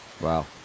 Wow